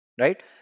Right